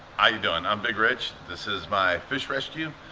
ah you doing. i'm big rich. this is my fish rescue.